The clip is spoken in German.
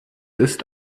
ist